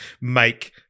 make